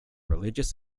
religious